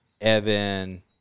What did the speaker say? Evan